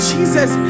Jesus